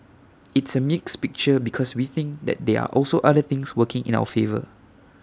it's A mixed picture because we think that there're also other things working in our favour